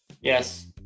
yes